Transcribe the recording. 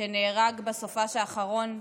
שנהרג בסופ"ש האחרון,